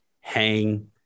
hang